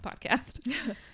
podcast